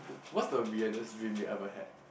what's the weirdest dream you ever had